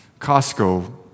Costco